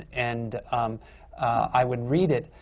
and i would read it,